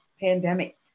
pandemic